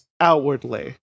outwardly